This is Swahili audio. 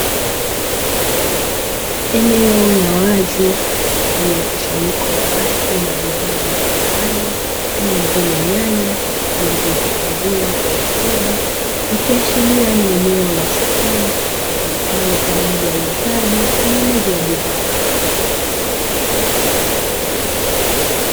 Eneo la wazi lenye mkusanyiko wa watu na bidhaa mbalimbali kama vile nyanya, zilizohifadhiwa kwa ustadi likiashiria ni eneo la sokoni, litumikalo kwa ajili ya uuzaji, na ununuzi wa bidhaa mbalimbali.